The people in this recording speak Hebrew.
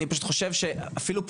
אני פשוט חושב שאפילו פנימית,